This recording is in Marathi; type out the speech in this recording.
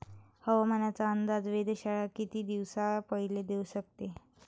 हवामानाचा अंदाज वेधशाळा किती दिवसा पयले देऊ शकते?